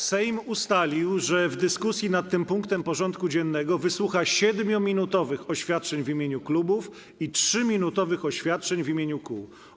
Sejm ustalił, że w dyskusji nad tym punktem porządku dziennego wysłucha 7-minutowych oświadczeń w imieniu klubów i 3-minutowych oświadczeń w imieniu kół.